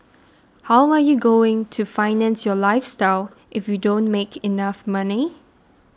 how are you going to finance your lifestyle if you don't make enough money